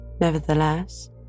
nevertheless